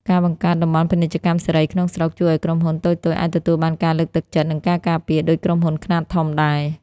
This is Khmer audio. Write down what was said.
ការបង្កើត "តំបន់ពាណិជ្ជកម្មសេរីក្នុងស្រុក" ជួយឱ្យក្រុមហ៊ុនតូចៗអាចទទួលបានការលើកទឹកចិត្ត និងការការពារដូចក្រុមហ៊ុនខ្នាតធំដែរ។